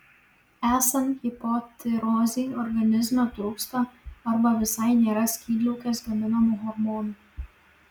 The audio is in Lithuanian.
esant hipotirozei organizme trūksta arba visai nėra skydliaukės gaminamų hormonų